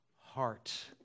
heart